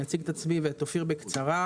אציג את עצמי ואת אופיר בקצרה.